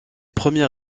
premiers